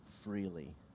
freely